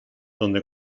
donde